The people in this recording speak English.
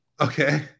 Okay